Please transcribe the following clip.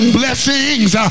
blessings